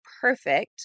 perfect